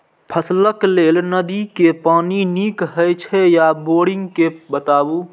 फसलक लेल नदी के पानी नीक हे छै या बोरिंग के बताऊ?